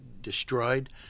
destroyed